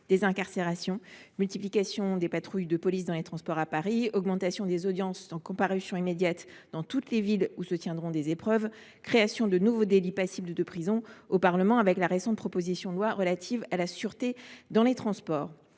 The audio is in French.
des incarcérations : multiplication des patrouilles de police dans les transports à Paris, augmentation des audiences de comparution immédiate dans toutes les villes où se tiendront des épreuves et création de nouveaux délits passibles de prison au Parlement, avec la récente proposition de loi relative au renforcement de la sûreté dans les transports.